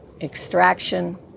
extraction